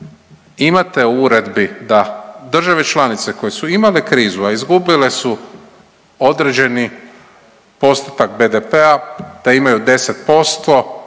imate u uredbi da države članice koje su imale krizu, a izgubile su određeni postotak BDP-a da imaju 10%